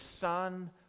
Son